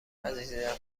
عزیزم